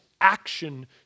action